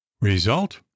Result